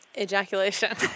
Ejaculation